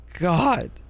God